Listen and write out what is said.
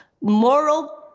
moral